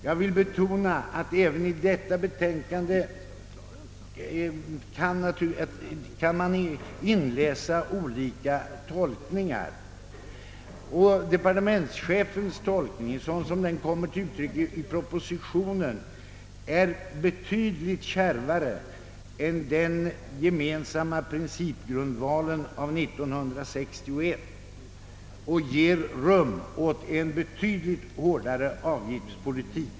Jag vill betona att även i detta betänkande kan man läsa in olika tolkningar, och departementschefens tolk ning sådan den kommer till uttryck i propositionen är betydligt kärvare än den gemensamma principgrundvalen av 1961 och ger rum för en betydligt hårdare avgiftspolitik.